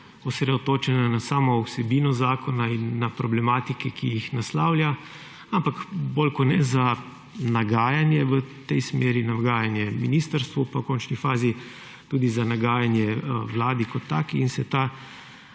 osredotočena na samo vsebino zakona in na problematike, ki jih naslavlja, ampak bolj ko ne gre za nagajanje v tej smeri, nagajanje ministrstvu, pa v končni fazi tudi za nagajanje vladi kot taki in se